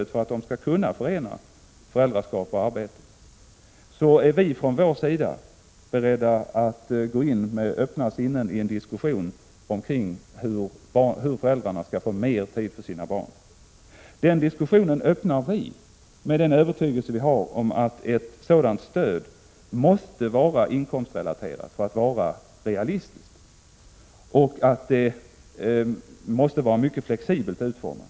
1986/87:135 att de skall kunna förena föräldraskap och arbete — så är vi från vår sida 3 juni 1987 beredda att gå in med öppna sinnen i en diskussion om hur föräldrarna skall få mer tid för sina barn. Denna diskussion öppnar vi med den övertygelse vi har att ett sådant stöd måste vara inkomstrelaterat för att vara realistiskt. Det måste vara mycket flexibelt utformat.